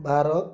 Bharat